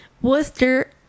Worcester